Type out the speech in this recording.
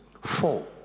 four